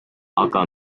aga